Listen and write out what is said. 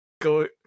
go